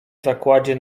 zakładzie